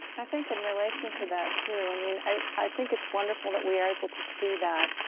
i think in relation to that, too, i mean i i think it's wonderful that we are able to see that.